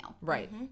Right